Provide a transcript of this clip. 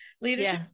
leadership